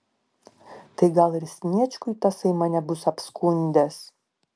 tai gal ir sniečkui tasai mane bus apskundęs